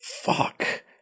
Fuck